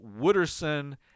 Wooderson